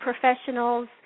professionals